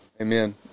Amen